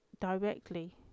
directly